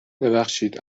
ببخشید